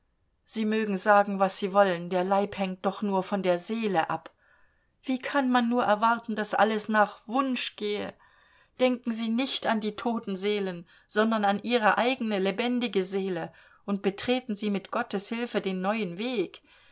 sie mögen sagen was sie wollen der leib hängt doch nur von der seele ab wie kann man nur erwarten daß alles nach wunsch gehe denken sie nicht an die toten seelen sondern an ihre eigene lebendige seele und betreten sie mit gottes hilfe den neuen weg